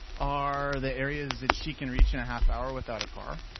are the areas that she can reach in a half hour without a car.